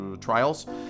trials